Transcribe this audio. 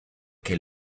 que